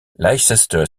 leicester